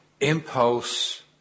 impulse